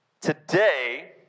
Today